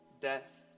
death